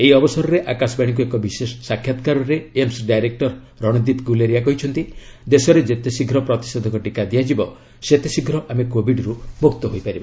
ଏହି ଅବସରରେ ଆକାଶବାଣୀକୁ ଏକ ବିଶେଷ ସାକ୍ଷାତକାରରେ ଏମ୍ସ ଡାଇରେକ୍ଟର ରଣଦୀପ ଗୁଲେରିଆ କହିଛନ୍ତି ଦେଶରେ ଯେତେଶୀଘ୍ର ପ୍ରତିଷେଧକ ଟିକା ଦିଆଯିବ ସେତେଶୀଘ୍ର ଆମେ କୋବିଡରୁ ମୁକ୍ତ ହୋଇପାରିବା